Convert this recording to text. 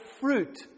fruit